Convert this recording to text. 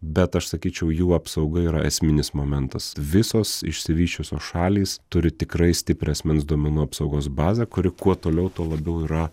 bet aš sakyčiau jų apsauga yra esminis momentas visos išsivysčiusios šalys turi tikrai stiprią asmens duomenų apsaugos bazę kuri kuo toliau tuo labiau yra